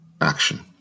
action